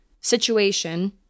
situation